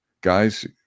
guys